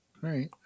right